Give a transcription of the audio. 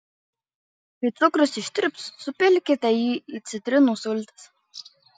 kai cukrus ištirps supilkite jį į citrinų sultis